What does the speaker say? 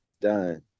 done